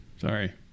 Sorry